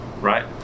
right